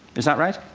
is that right?